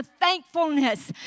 thankfulness